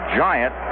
giant